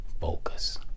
focus